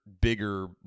bigger